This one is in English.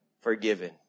forgiven